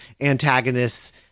antagonists